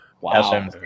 Wow